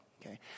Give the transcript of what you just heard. okay